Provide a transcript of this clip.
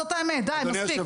זאת האמת, די, מספיק.